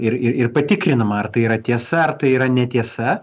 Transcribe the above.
ir ir ir patikrinama ar tai yra tiesa ar tai yra netiesa